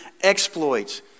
exploits